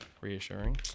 reassuring